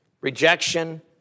rejection